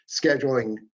scheduling